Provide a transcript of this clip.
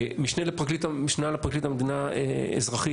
משנה לפרקליט המדינה אזרחית,